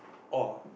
oh